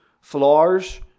flowers